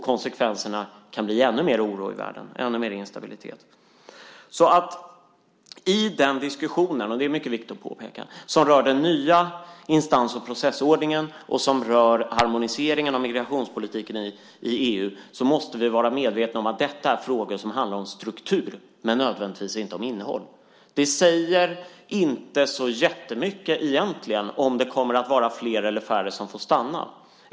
Konsekvenserna kan bli ännu större oro och instabilitet i världen. I den diskussion, och det är mycket viktigt att påpeka, som rör den nya instans och processordningen och som rör harmoniseringen av migrationspolitiken i EU måste vi vara medvetna om att detta är frågor som handlar om struktur men inte nödvändigtvis om innehåll. Det säger inte så jättemycket egentligen om det kommer att vara flera eller färre som får stanna.